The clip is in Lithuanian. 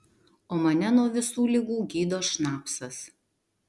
o mane nuo visų ligų gydo šnapsas